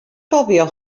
gofio